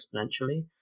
exponentially